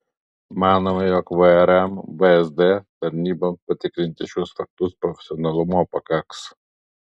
manome jog vrm vsd tarnyboms patikrinti šiuos faktus profesionalumo pakaks